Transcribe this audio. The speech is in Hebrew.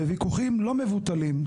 בוויכוחים לא מבוטלים,